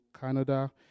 Canada